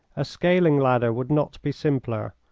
a scaling ladder would not be simpler.